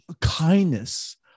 kindness